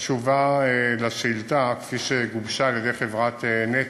התשובה על השאילתה כפי שגובשה על-ידי חברת נת"ע: